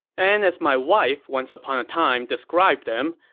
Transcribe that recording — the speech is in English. and as my wife once upon a time described them,